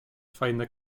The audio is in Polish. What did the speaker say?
fajne